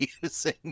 Using